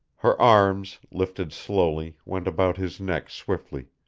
her arms, lifted slowly, went about his neck swiftly.